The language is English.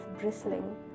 bristling